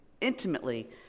intimately